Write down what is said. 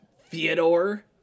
Theodore